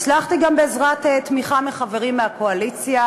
הצלחתי גם בעזרת תמיכה מחברים מהקואליציה,